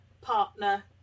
partner